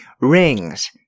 rings